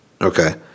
Okay